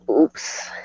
Oops